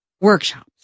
workshops